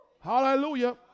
Hallelujah